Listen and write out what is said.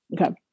Okay